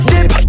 Dip